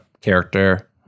character